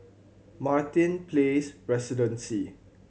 Martin Place Residences